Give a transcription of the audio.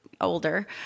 older